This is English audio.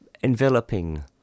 enveloping